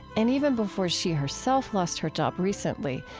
and even before she herself lost her job recently,